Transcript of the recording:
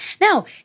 Now